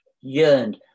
Yearned